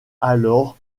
alors